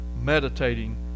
meditating